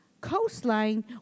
coastline